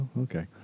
Okay